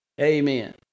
amen